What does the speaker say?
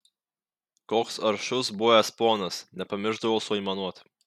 koks aršus buvęs ponas nepamiršdavo suaimanuot